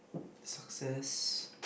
success